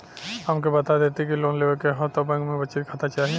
हमके बता देती की लोन लेवे के हव त बैंक में बचत खाता चाही?